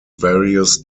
various